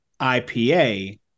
IPA